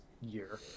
year